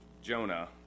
Jonah